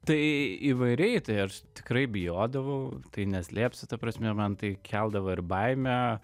tai įvairiai tai aš tikrai bijodavau tai neslėpsiu ta prasme man tai keldavo ir baimę